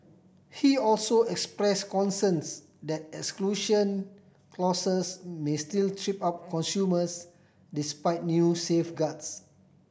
he also express concerns that exclusion clauses may still trip up consumers despite new safeguards